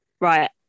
right